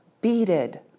beaded